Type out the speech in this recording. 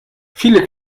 viele